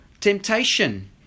temptation